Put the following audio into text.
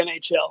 NHL